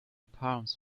palms